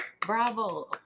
Bravo